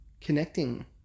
connecting